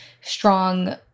strong